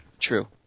True